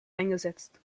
eingesetzt